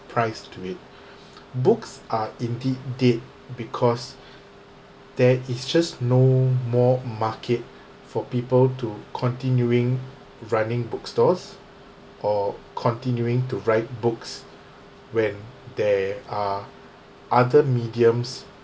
price to it books are indeed dead because there is just no more market for people to continuing running bookstores or continuing to write books when there are other mediums